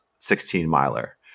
16-miler